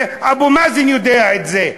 ואבו מאזן יודע את זה.